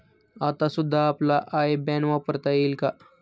आता सुद्धा आपला आय बॅन वापरता येईल का?